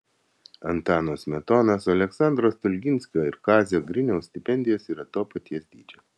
antano smetonos aleksandro stulginskio ir kazio griniaus stipendijos yra to paties dydžio